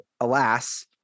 alas